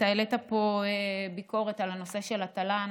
העלית פה ביקורת על הנושא של התל"ן.